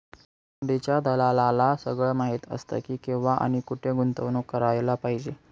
हुंडीच्या दलालाला सगळं माहीत असतं की, केव्हा आणि कुठे गुंतवणूक करायला पाहिजे